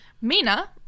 Mina